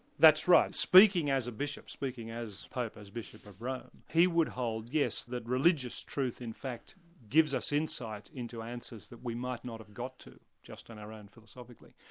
that's right. speaking as a bishop, speaking as pope as bishop of rome, he would hold yes, that religious truth in fact gives us insight into answers that we might not have got to just on our own philosophically.